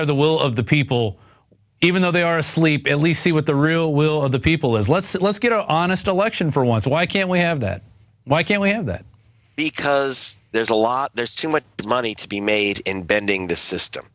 have the will of the people even though they are asleep at least see what the real will of the people is let's get a honest election for once why can't we have that why can't we have that because there's a lot there's too much money to be made in bending the system